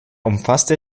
umfasste